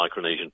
Micronesian